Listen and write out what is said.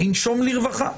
שינשום לרווחה.